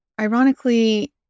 Ironically